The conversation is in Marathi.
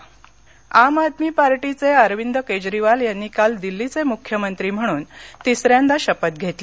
शपथविधी आम आदमी पार्टीचे अरविंद केजरीवाल यांनी काल दिल्लीचे मुख्यमंत्री म्हणून तिसऱ्यांदा शपथ घेतली